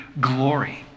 glory